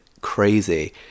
crazy